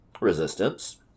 resistance